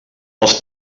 els